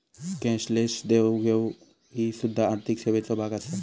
cashless देवघेव ही सुध्दा आर्थिक सेवेचो भाग आसा